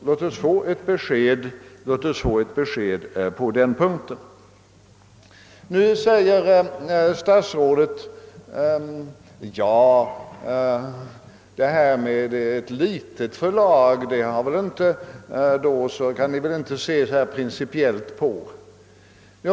Låt oss alltså få ett besked på den här punkten. Statsrådet ansåg att man inte behövde se så principiellt på frågan om ett så litet förlag som det här gäller.